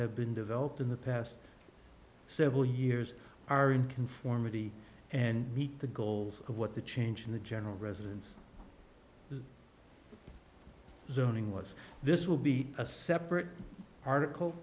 have been developed in the past several years are in conformity and meet the goals of what the change in the general residence zoning was this will be a separate article